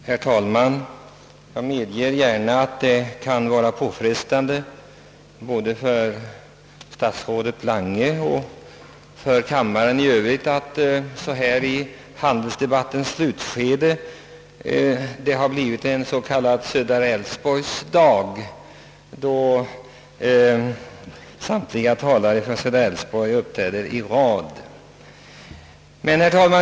Herr talman! Jag förstår att det kan vara påfrestande både för statsrådet Lange och för kammarens ledamöter i övrigt att handelsdebatten så här i sitt slutskede tycks forma sig till en Södra Älvsborgs eftermiddag, då talare från Södra Älvsborg uppträder i rad.